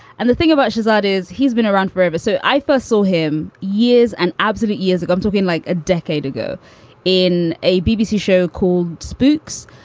and the thing about shahzad is he's been around forever. so i first saw him years and absolute years ago. i'm talking like a decade ago in a bbc show called spooks,